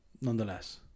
nonetheless